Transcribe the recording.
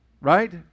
Right